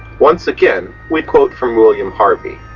once again, we quote from william harvey